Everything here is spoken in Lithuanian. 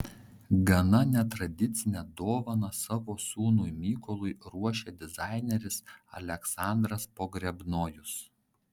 gana netradicinę dovaną savo sūnui mykolui ruošia dizaineris aleksandras pogrebnojus